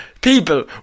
People